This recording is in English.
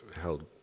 held